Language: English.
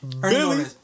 Billy